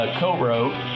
co-wrote